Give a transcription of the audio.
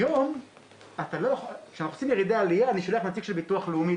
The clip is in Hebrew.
היום כשאנחנו עושים ירידי עלייה בחו"ל אני שולח נציג של ביטוח לאומי,